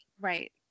right